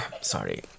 Sorry